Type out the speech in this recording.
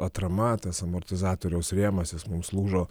atrama tas amortizatoriaus rėmas jis mums lūžo